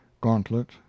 Gauntlet